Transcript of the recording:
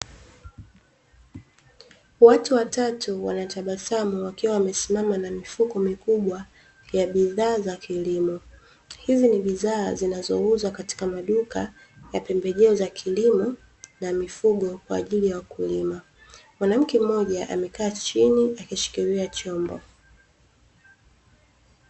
Watu watatu wanatabasamu, wakiwa wamesimama na mifuko mikubwa ya bidhaa za kilimo. Hizi ni bidhaa zinazouzwa katika maduka ya pembejeo za kilimo na mifugo kwa ajili ya wakulima, mwanamke mmoja amekaa chini akishikilia chombo.